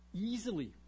Easily